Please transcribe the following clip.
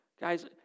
Guys